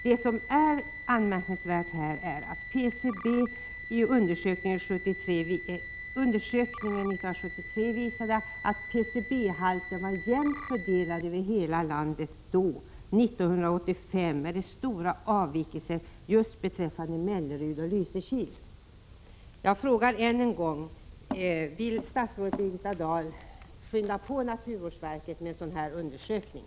Det anmärkningsvärda är att undersökningen 1973 visade att PCB-halten var jämnt fördelad över hela landet, men att det 1985 var stora avvikelser just beträffande Mellerud och Lysekil. Jag frågar än en gång: Vill statsrådet Birgitta Dahl skynda på naturvårdsverket när det gäller en sådan här undersökning?